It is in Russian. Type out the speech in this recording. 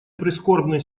прискорбной